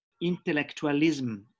intellectualism